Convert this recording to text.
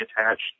attached